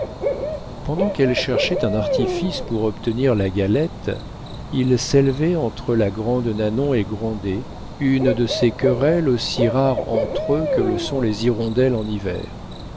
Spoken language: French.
pendant qu'elle cherchait un artifice pour obtenir la galette il s'élevait entre la grande nanon et grandet une de ces querelles aussi rares entre eux que le sont les hirondelles en hiver